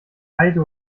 heide